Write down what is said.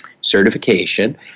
certification